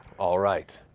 all right,